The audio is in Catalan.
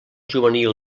juvenil